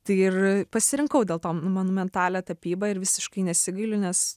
tai ir pasirinkau dėl to monumentalią tapybą ir visiškai nesigailiu nes